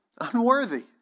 Unworthy